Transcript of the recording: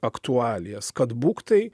aktualijas kad būk tai